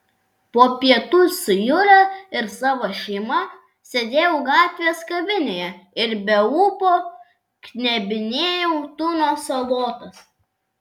po pietų su jule ir savo šeima sėdėjau gatvės kavinėje ir be ūpo knebinėjau tuno salotas